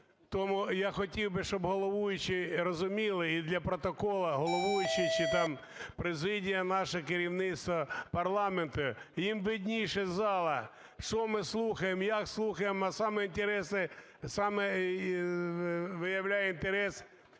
Тому я хотів би, щоб головуючі розуміли, і для протоколу головуючий чи там президія наша, керівництво, парламент, їм видніше з залу, що ми слухаємо, як слухаємо, а саме цікаве,